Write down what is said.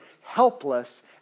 helpless